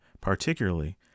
particularly